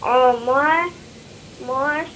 অঁ মই মই